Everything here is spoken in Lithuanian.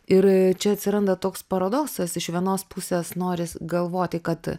ir čia atsiranda toks paradoksas iš vienos pusės noris galvoti kad